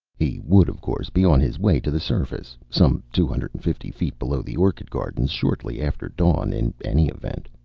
he would of course be on his way to the surface, some two hundred and fifty feet below the orchid gardens, shortly after dawn in any event.